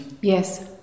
Yes